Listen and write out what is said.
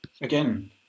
Again